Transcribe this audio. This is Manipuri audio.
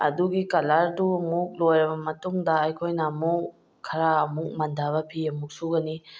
ꯑꯗꯨꯒꯤ ꯀꯂꯔꯗꯨ ꯑꯃꯨꯛ ꯂꯣꯏꯔꯕ ꯃꯇꯨꯡꯗ ꯑꯩꯈꯣꯏꯅ ꯑꯃꯨꯛ ꯈꯔ ꯑꯝꯨꯛ ꯃꯟꯊꯕ ꯐꯤ ꯑꯃꯨꯛ ꯁꯨꯒꯅꯤ